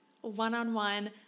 one-on-one